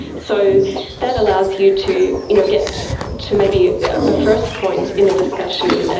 so that allows you to you know get to maybe a first point in a discussion,